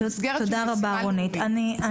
במסגרת של משימה לאומית.